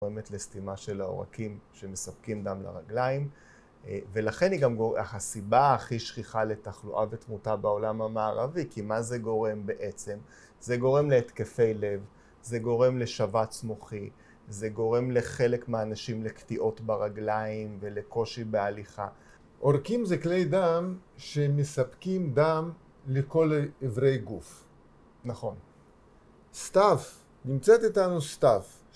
גורמת לסתימה של העורקים שמספקים דם לרגליים ולכן היא גם הסיבה הכי שכיחה לתחלואה ותמותה בעולם המערבי כי מה זה גורם בעצם? זה גורם להתקפי לב, זה גורם לשבץ מוחי זה גורם לחלק מהאנשים לקטיעות ברגליים ולקושי בהליכה. עורקים זה כלי דם שמספקים דם לכל אברי גוף נכון סתיו, נמצאת איתנו סתיו